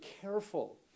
careful